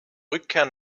rückkehr